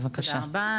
תודה רבה.